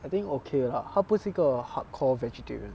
I think okay lah 他不是一个 hardcore vegetarian